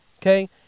okay